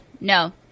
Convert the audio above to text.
no